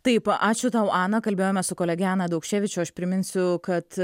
taip ačiū tau ana kalbėjome su kolege ana daukševič o aš priminsiu kad